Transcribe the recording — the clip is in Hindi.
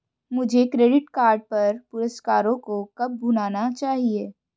मुझे क्रेडिट कार्ड पर पुरस्कारों को कब भुनाना चाहिए?